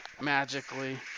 magically